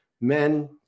men